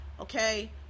okay